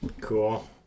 Cool